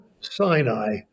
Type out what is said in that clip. Sinai